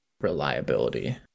reliability